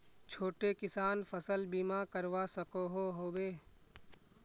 छोटो किसान फसल बीमा करवा सकोहो होबे?